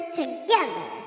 together